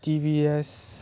TVS